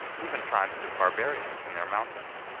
even tribes of barbarians in their mountains,